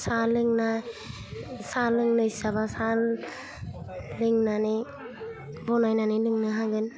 साह लोंनाय साह लोंनाय इस्साबा सा लोंनानै बनायनानै लोंनो हागोन